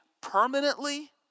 permanently